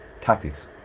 tactics